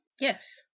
Yes